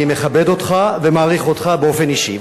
אני מכבד אותך ומעריך אותך באופן אישי,